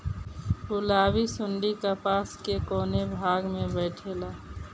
गुलाबी सुंडी कपास के कौने भाग में बैठे ला?